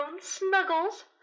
snuggles